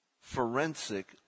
forensic